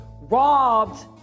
robbed